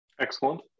Excellent